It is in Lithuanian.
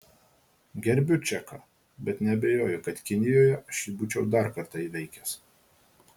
gerbiu čeką bet neabejoju kad kinijoje aš jį būčiau dar kartą įveikęs